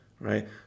right